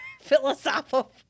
Philosophical